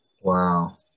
wow